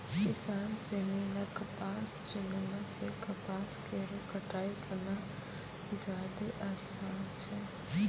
किसान सिनी ल कपास चुनला सें कपास केरो कटाई करना जादे आसान छै